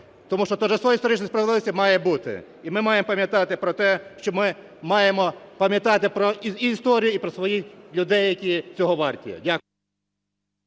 тому що торжество історичної справедливої має бути. І ми маємо пам'ятати про те, що ми маємо пам'ятати про історію і своїх людей, які цього варті. Дякую.